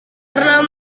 pernah